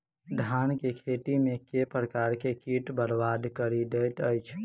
धान केँ खेती मे केँ प्रकार केँ कीट बरबाद कड़ी दैत अछि?